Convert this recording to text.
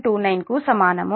29 కు సమానం